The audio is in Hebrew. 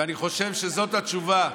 ואני חושב שזאת התשובה,